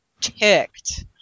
ticked